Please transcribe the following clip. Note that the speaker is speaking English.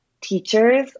teachers